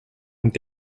und